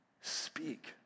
speak